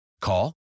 Call